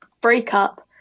breakup